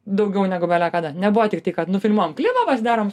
daugiau negu belekada nebuvo tiktai kad nufilmuojam klipą pasidarom